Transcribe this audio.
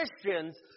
Christians